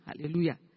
Hallelujah